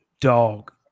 Dog